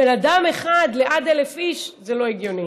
בן אדם אחד על 1,000 איש, זה לא הגיוני.